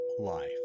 life